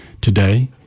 today